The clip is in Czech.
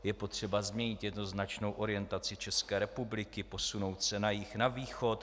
Je potřeba změnit jednoznačnou orientaci České republiky, posunout se na jih, na východ.